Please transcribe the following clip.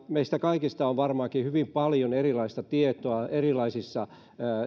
meistä kaikista on varmaankin hyvin paljon erilaista tietoa erilaisissa